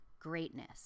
Greatness